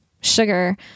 sugar